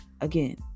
again